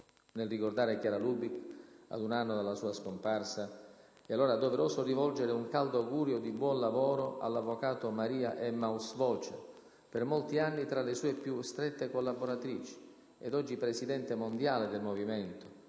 Nel ricordare Chiara Lubich, ad un anno dalla sua scomparsa, è allora doveroso rivolgere un caldo augurio di buon lavoro all'avvocato Maria Emmaus Voce, per molti anni tra le sue più strette collaboratrici, ed oggi presidente mondiale del Movimento,